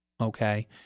okay